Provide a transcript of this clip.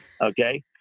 Okay